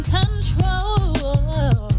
control